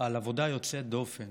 על עבודה יוצאת דופן